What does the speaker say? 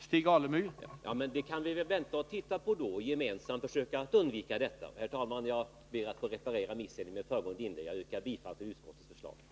Herr talman! Vi kan väl vänta och se hur det blir och sedan gemensamt försöka undvika de försämringar som Ove Karlsson befarar. Herr talman! Jag ber att få reparera missen i mitt förra inlägg: jag yrkar bifall till utskottets hemställan.